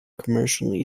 commercially